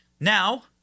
now